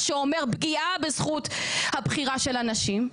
מה שאומר פגיעה בזכות הבחירה של אנשים.